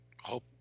hope